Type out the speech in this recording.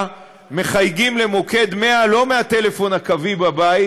מחייגים למוקד 100 לא מהטלפון הקווי בבית,